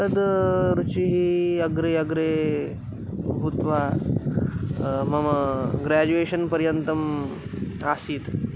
तद् रुचिः अग्रे अग्रे भूत्वा मम ग्राजुयेशन् पर्यन्तम् आसीत्